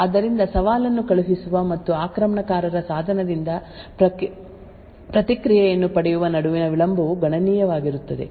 ಆದ್ದರಿಂದ ಸವಾಲನ್ನು ಕಳುಹಿಸುವ ಮತ್ತು ಆಕ್ರಮಣಕಾರರ ಸಾಧನದಿಂದ ಪ್ರತಿಕ್ರಿಯೆಯನ್ನು ಪಡೆಯುವ ನಡುವಿನ ವಿಳಂಬವು ಗಣನೀಯವಾಗಿರುತ್ತದೆ